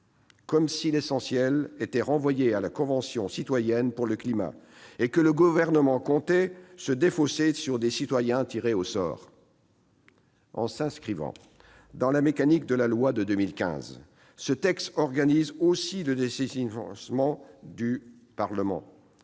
Comme si l'essentiel était renvoyé à la convention citoyenne pour le climat, et si le Gouvernement comptait se défausser sur des citoyens tirés au sort ... En s'inscrivant dans la mécanique de la loi de 2015, ce texte organise aussi le dessaisissement du Parlement